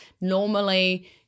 normally